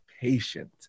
patient